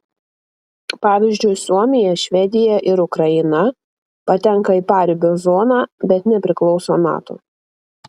pavyzdžiui suomija švedija ir ukraina patenka į paribio zoną bet nepriklauso nato